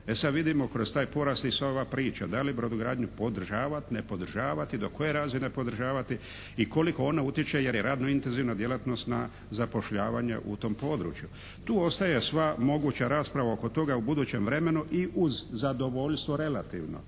E sad vidimo kroz taj porast i sva ova priča. Da li brodogradnju podržavati, nepodržavati i do koje razine podržavati i koliko ona utječe jer je javno intenzivna djelatnost na zapošljavanje u tom području. Tu ostaje sva moguća rasprava oko toga u budućem vremenu i uz zadovoljstvo relativno